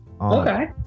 Okay